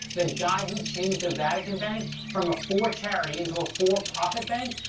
the guy who changed the vatican bank from a for-charity into a for-profit bank,